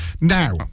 Now